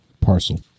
Parcel